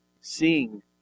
Sing